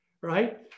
right